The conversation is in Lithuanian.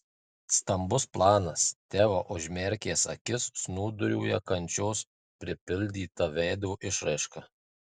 stambus planas teo užmerkęs akis snūduriuoja kančios pripildyta veido išraiška